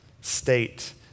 state